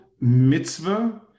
mitzvah